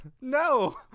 No